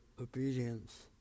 obedience